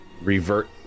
revert